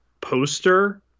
poster